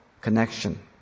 connection